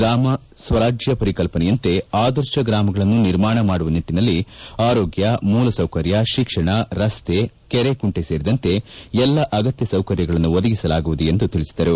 ಗ್ರಾಮ ಸ್ವರಾಜ್ಯ ಪರಿಕಲ್ಪನೆಯಂತೆ ಆದರ್ಶ ಗ್ರಾಮಗಳನ್ನು ನಿರ್ಮಾಣ ಮಾಡುವ ನಿಟ್ಟನಲ್ಲಿ ಆರೋಗ್ಯ ಮೂಲಸೌಕರ್ಯ ಶಿಕ್ಷಣ ರಸ್ತೆ ಕೆರೆಕುಂಟೆ ಸೇರಿದಂತೆ ಎಲ್ಲ ಅಗತ್ತ ಸೌಕರ್ಯಗಳನ್ನು ಒದಗಿಸಲಾಗುವುದು ಎಂದು ತಿಳಿಸಿದರು